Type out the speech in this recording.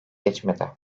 geçmedi